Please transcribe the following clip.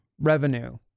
revenue